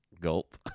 Gulp